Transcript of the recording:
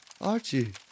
Archie